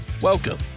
Welcome